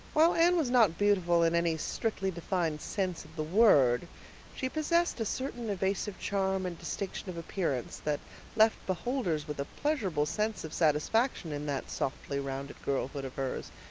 while anne was not beautiful in any strictly defined sense of the word she possessed a certain evasive charm and distinction of appearance that left beholders with a pleasurable sense of satisfaction in that softly rounded girlhood of hers,